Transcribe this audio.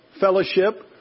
fellowship